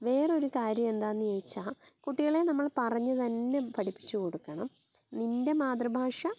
വേറൊരു കാര്യം എന്താണെന്ന് ചോദിച്ചാൽ കുട്ടികളെ നമ്മൾ പറഞ്ഞ് തന്നെ പഠിപ്പിച്ച് കൊടുക്കണം നിൻ്റെ മാതൃഭാഷ